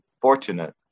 fortunate